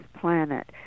planet